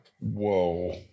Whoa